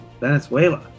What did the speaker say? venezuela